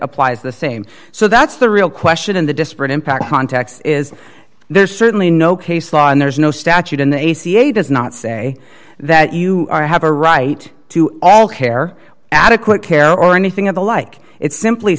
applies the same so that's the real question in the disparate impact context is there's certainly no case law and there's no statute in the a c l u does not say that you are have a right to all care adequate care or anything of the like it simply